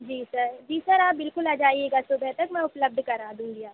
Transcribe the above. जी sir जी sir आप बिल्कुल आ जाइएगा सुबह तक मैं उपलब्द करा दूँगी आपको